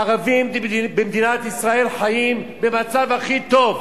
הערבים במדינת ישראל חיים במצב הכי טוב.